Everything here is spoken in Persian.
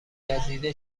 گزیده